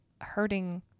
hurting